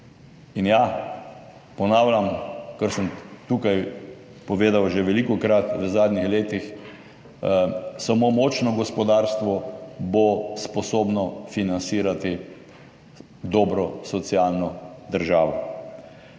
In ja, ponavljam, kar sem tukaj povedal že velikokrat v zadnjih letih, samo močno gospodarstvo bo sposobno financirati dobro socialno državo.